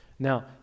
Now